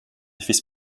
effets